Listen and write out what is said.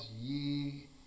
ye